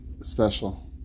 special